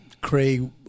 Craig